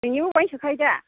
नोंनियाबो बाहायनो सोखायो दा